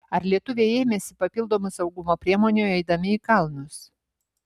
ar lietuviai ėmėsi papildomų saugumo priemonių eidami į kalnus